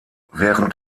während